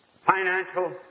financial